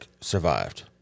survived